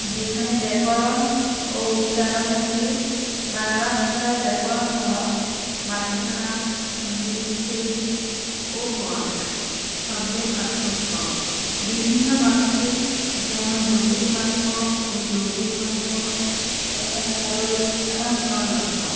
যেখানে ব্যাকরণ ও উচ্চারণ থাকে বাংলা ভাষায় ব্যাকরণ হলো বাগধারা সন্ধিবিচ্ছেদ ও পদ শব্দের পার্থক্য বিভিন্ন বাক্যকে যেমন জটিল বাক্য ও যৌবিক বাক্য এবং সরল এবং সরল বাক্য